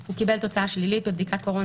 "(2ג)הוא קיבל תוצאה שלילית בבדיקת קורונה